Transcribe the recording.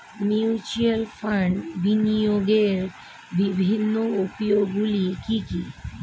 Mutual ফান্ডে বিনিয়োগের বিভিন্ন উপায়গুলি কি কি?